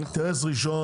אינטרס ראשון,